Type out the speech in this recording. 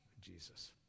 Jesus